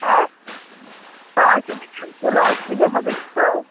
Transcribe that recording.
হ্যাঁ কোনো অসুবিঢে কোনো অসুবিধে হবে না তো